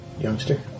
youngster